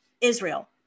Israel